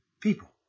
people